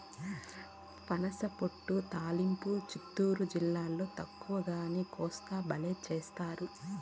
పనసపొట్టు తాలింపు చిత్తూరు జిల్లాల తక్కువగానీ, కోస్తాల బల్లే చేస్తారు